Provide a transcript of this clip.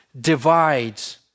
divides